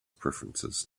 preferences